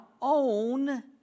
own